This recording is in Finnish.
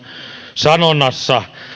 sanonnassa